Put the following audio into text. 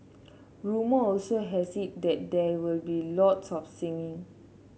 rumour also has it that there will be lots of singing